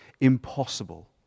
impossible